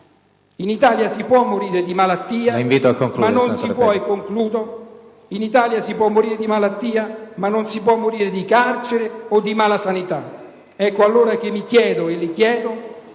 In Italia si può morire di malattia, ma non si può morire di carcere o di malasanità! Ecco, allora, che mi chiedo e le chiedo: